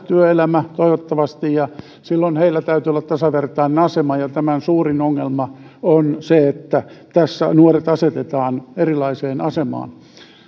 työelämä toivottavasti on edessä ja silloin heillä täytyy olla tasavertainen asema ja tämän suurin ongelma on se että tässä nuoret asetetaan erilaiseen asemaan